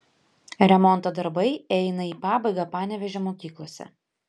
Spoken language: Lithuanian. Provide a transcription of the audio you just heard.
remonto darbai eina į pabaigą panevėžio mokyklose